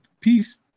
Peace